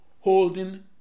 holding